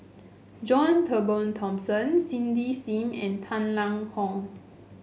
John Turnbull Thomson Cindy Sim and Tang Liang Hong